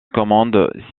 commande